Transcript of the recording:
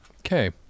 Okay